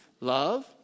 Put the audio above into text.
Love